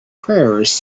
prayers